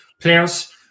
players